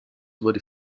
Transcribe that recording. wurde